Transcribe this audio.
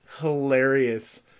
hilarious